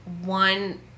one